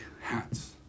hats